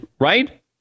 Right